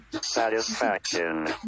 satisfaction